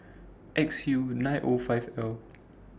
X U nine O five L